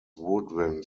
woodwind